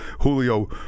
Julio